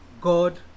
God